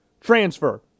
transfer